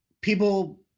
people